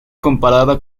comparada